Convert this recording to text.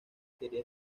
quería